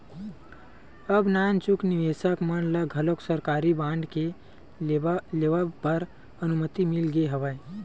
अब नानचुक निवेसक मन ल घलोक सरकारी बांड के लेवब बर अनुमति मिल गे हवय